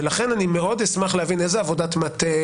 ולכן אני אשמח מאוד להבין איזה עבודת מטה,